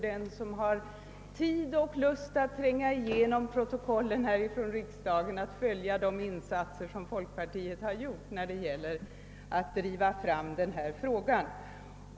Den som har tid och lust att tränga igenom riksdagsprotokollen kan lätt följa de insatser som folkpartiet gjort när det gäller att driva fram denna fråga.